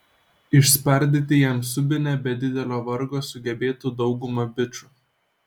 išspardyti jam subinę be didelio vargo sugebėtų dauguma bičų